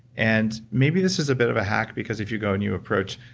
and maybe this is a bit of a hack, because if you go and you approach,